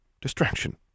distraction